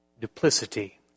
Duplicity